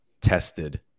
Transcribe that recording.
tested